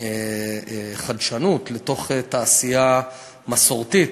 חדשנות לתוך תעשייה מסורתית,